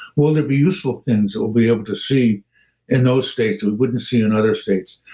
will there be useful things we'll be able to see in those states we wouldn't see in other states?